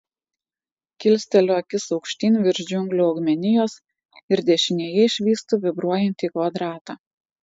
kilsteliu akis aukštyn virš džiunglių augmenijos ir dešinėje išvystu vibruojantį kvadratą